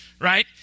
right